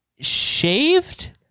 shaved